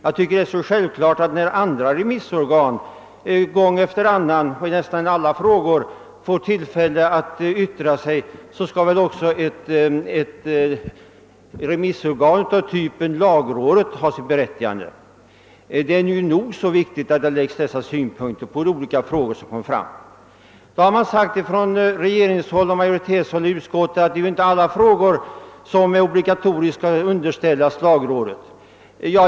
Eftersom andra remissorgan gång efter annan får yttra sig i nästan alla förekommande frågor finner jag det självklart att ett remissorgan av den typ som lagrådet utgör också har sitt berättigande. Från regeringshåll och utskottets majoritet har man framhållit att det i alla fall inte är alla frågor som obligatoriskt skall underställas lagrådet.